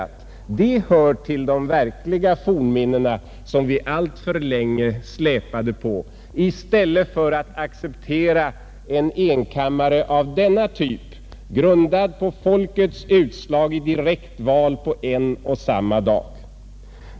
Systemet kom att höra till de verkliga fornminnena som vi alltför länge släpade på i stället för att acceptera en enkammarriksdag, grundad på folkviljans utslag i direkta val på en och samma dag.